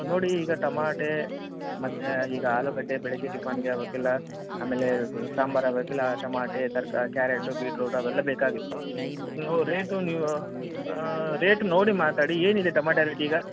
ನೋಡಿ ಈಗ ಟಮಾಟೆ ಮತ್ತೆ ಈಗ ಆಲೂಗಡ್ಡೆ ಬೆಳಿಗ್ಗೆ ಟಿಫನ್ನಿಗೆ ಅವಕ್ಕೆಲ್ಲ ಆಮೇಲೆ ಸಾಂಬಾರು ಅವಕ್ಕೆಲ್ಲ ಟಮಾಟೆ ತರಕಾರಿ ಕ್ಯಾರೆಟ್ ಬೀಟ್ರೋಟು ಅವೆಲ್ಲ ಬೇಕಾಗಿತ್ತು ನು ರೇಟು ನೀವು ರೇಟ್ ನೋಡಿ ಮಾತಾಡಿ ಏನಿದೆ ಟಮಾಟೆ ರೇಟ್ ಈಗ